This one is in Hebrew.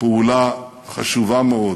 פעולה חשובה מאוד,